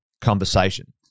conversation